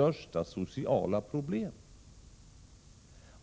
att uttrycka saken.